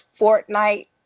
Fortnite